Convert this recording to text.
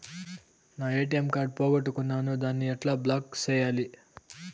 నా ATM card పోగొట్టుకున్నాను, దాన్ని ఎట్లా బ్లాక్ సేయాలి?